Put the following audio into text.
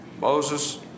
Moses